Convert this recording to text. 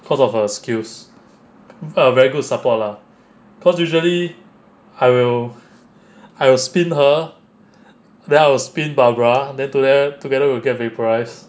cause of her skills not a very good support lah cause usually I will I will spin her then I will spin barbara then together together will get vaporised